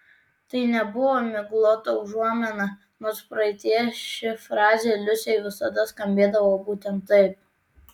tai nebuvo miglota užuomina nors praeityje ši frazė liusei visada skambėdavo būtent taip